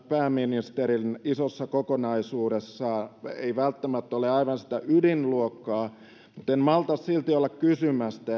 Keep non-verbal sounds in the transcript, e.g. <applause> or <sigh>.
pääministerin isossa kokonaisuudessa tämä ei välttämättä ole aivan sitä ydinluokkaa mutta en malta silti olla kysymättä <unintelligible>